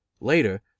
Later